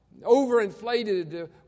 overinflated